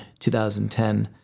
2010